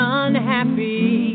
unhappy